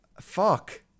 Fuck